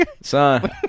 Son